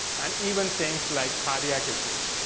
and even things like cardiac issues.